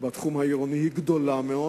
בתחום העירוני היא גדולה מאוד.